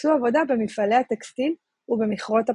שחיפשו עבודה במפעלי הטקסטיל ובמכרות הפחם,